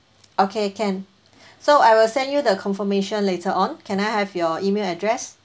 okay can so I will send you the confirmation later on can I have your email address